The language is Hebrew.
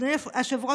אדוני היושב-ראש,